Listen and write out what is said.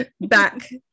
back